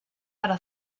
para